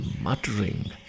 muttering